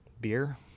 beer